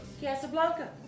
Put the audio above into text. Casablanca